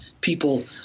people –